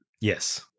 Yes